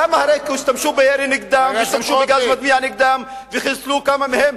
הרי השתמשו בירי נגדם ובגז מדמיע נגדם וחיסלו כמה מהם,